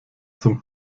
zum